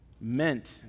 meant